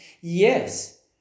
Yes